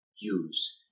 use